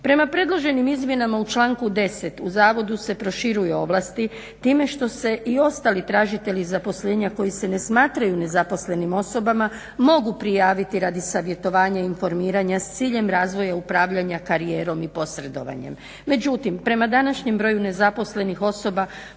Prema predloženim izmjenama u članku 10. zavodu se proširuju ovlasti time što se i ostali tražitelji zaposlenja koji se ne smatraju nezaposlenim osobama mogu prijaviti radi savjetovanja i informiranja s ciljem razvoja upravljanja karijerom i posredovanjem. Međutim, prema današnjem broju nezaposlenih osoba